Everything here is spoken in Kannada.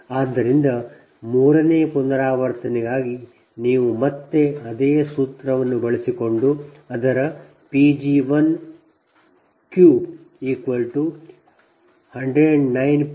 ಆದ್ದರಿಂದ ಮೂರನೇ ಪುನರಾವರ್ತನೆಗಾಗಿ ನೀವು ಮತ್ತೆ ಅದೇ ಸೂತ್ರವನ್ನು ಬಳಸಿಕೊಂಡು ಅದರ Pg13109